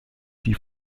die